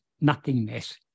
nothingness